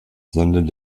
sondern